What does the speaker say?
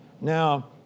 Now